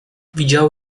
widział